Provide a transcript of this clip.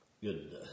good